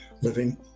living